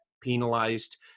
penalized